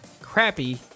crappy